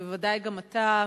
ובוודאי גם אתה,